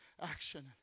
action